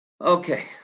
Okay